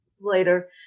later